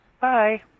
Bye